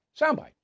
soundbite